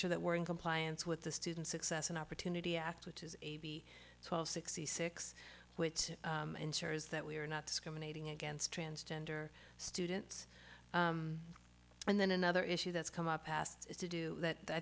sure that we're in compliance with the student success and opportunity act which is a b twelve sixty six which ensures that we are not discriminating against transgender students and then another issue that's come up asked to do that i